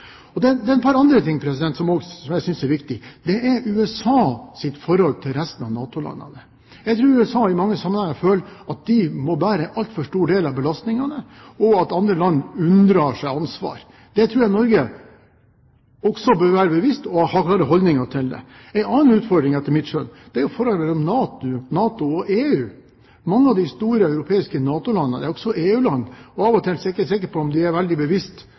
Det er et par andre ting som jeg også synes er viktig. Det er USAs forhold til resten av NATO-landene. Jeg tror USA i mange sammenhenger føler at de må bære en altfor stor del av belastningene, og at andre land unndrar seg ansvar. Det tror jeg Norge også bør være seg bevisst og ha klare holdninger til. En annen utfordring er etter mitt skjønn forholdet mellom NATO og EU. Mange av de store europeiske NATO-landene er også EU-land, og av og til er jeg ikke sikker på om de er seg veldig bevisst